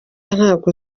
ntabwo